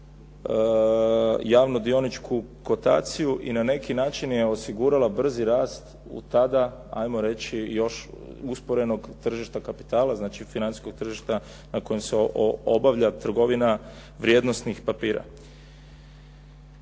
uđu u javno dioničku kotaciju i na neki način je osigurala brzi rast u tada ajmo reći još usporenog tržišta kapitala, znači financijskog tržišta na kojem se obavlja trgovina vrijednosnih papira.